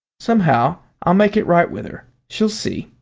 somehow i'll make it right with her she'll see.